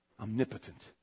Omnipotent